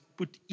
put